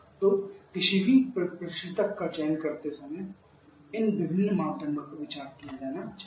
तो किसी भी प्रशीतक का चयन करते समय इन विभिन्न मापदंडों पर विचार किया जाना चाहिए